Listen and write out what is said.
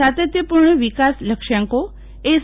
સાતત્યપુર્ણ વિકાસ લક્ષ્યાંકો એસ